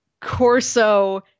Corso